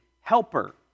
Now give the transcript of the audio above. helper